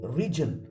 region